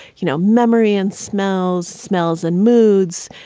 you know, memory and smells, smells and moods.